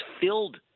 filled